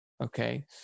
okay